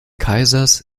kaisers